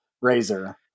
Razor